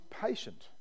patient